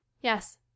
Yes